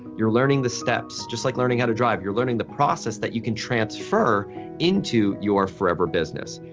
you're learning the steps just like learning how to drive, you're learning the process that you can transfer into your forever business.